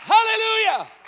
Hallelujah